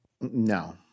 No